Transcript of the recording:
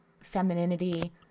femininity